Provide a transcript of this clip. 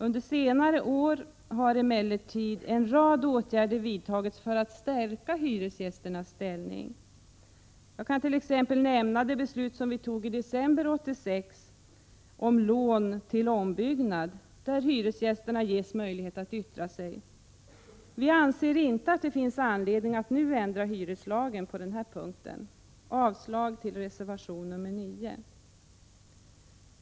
Under senare år har emellertid en rad åtgärder vidtagits för att stärka hyresgästernas ställning. Jag kan t.ex. nämna det beslut riksdagen tog i december 1986 om lån till ombyggnad, enligt vilket hyresgästerna ges möjlighet att yttra sig. Vi anser inte att det finns anledning att nu ändra hyreslagen på denna punkt. Jag yrkar avslag till reservation 9.